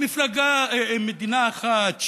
מדינה אחת,